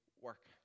work